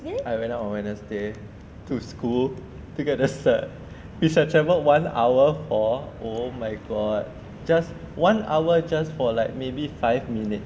I went out on wednesday to school to get us a we siap travel one hour for oh my god just one hour just for maybe like five minutes